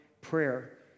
Prayer